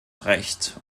recht